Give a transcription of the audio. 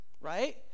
Right